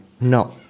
No